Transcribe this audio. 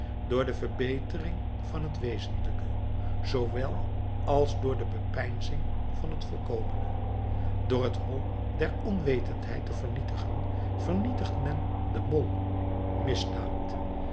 door de verbetering van het wezenlijke zoowel als door de bepeinzing van het volkomene door het hol der onwetendheid te vernietigen vernietigt men de